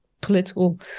political